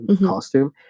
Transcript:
costume